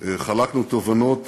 חלקנו תובנות